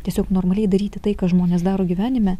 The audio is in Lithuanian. tiesiog normaliai daryti tai ką žmonės daro gyvenime